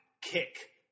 kick